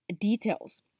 details